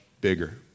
bigger